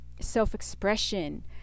self-expression